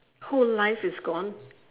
whole life is gone